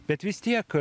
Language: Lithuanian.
bet vis tiek